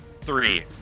three